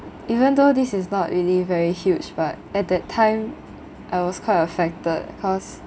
even though this is not really very huge but at that time I was quite affected cause